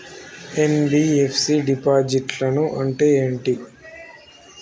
NBFC డిపాజిట్లను అంటే ఏంటి?